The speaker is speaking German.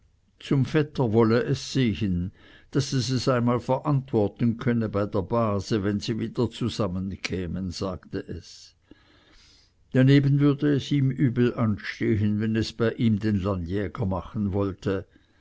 zum vetter wolle es sehen daß es es einmal verantworten könne bei der base wenn sie wieder zusammenkämen sagte es daneben würde es ihm übel anstehen wenn es bei ihm den landjäger machen wollte